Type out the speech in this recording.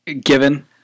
given